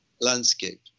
landscape